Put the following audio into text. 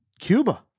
Cuba